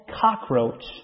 cockroach